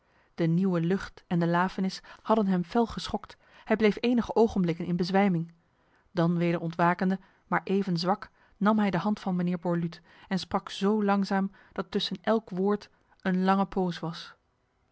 de nieuwe lucht en de lafenis hadden hem fel geschokt hij bleef enige ogenblikken in bezwijming dan weder ontwakende maar even zwak nam hij de hand van mijnheer borluut en sprak zo langzaam dat tussen elk woord een lange poos was